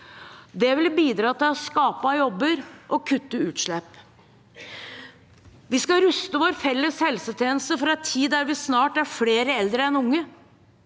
Det vil bidra til å skape jobber og kutte utslipp. Vi skal ruste vår felles helsetjeneste for en tid da vi snart er flere eldre enn unge.